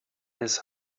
his